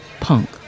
punk